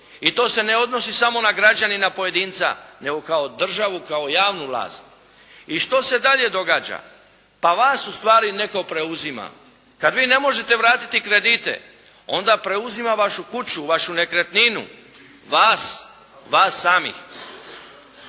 I to se ne odnosi samo na građanina pojedinca nego kao državu kao javnu vlast. I što se dalje događa? Pa vas u stvari netko preuzima. Kad vi ne možete vratiti kredite onda preuzima vašu kuću, vašu nekretninu. Vas, vas samih.